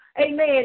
amen